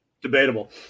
Debatable